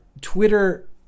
Twitter